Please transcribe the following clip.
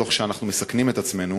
תוך שאנחנו מסכנים את עצמנו,